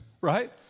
Right